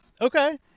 Okay